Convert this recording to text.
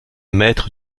maître